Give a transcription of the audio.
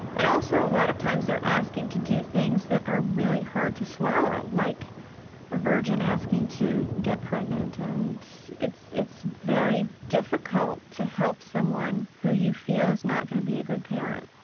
and also a lot of times they are asking to do things that are really hard to swallow, like a virgin asking to get pregnant, and it's it's very difficult to help someone who you feel is not going to be a good parent.